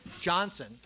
Johnson